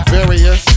Various